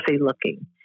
looking